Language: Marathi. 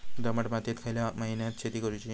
दमट मातयेत खयल्या महिन्यात शेती करुची?